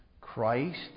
Christ